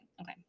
okay